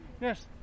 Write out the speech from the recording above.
Yes